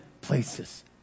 places